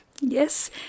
Yes